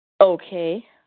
Okay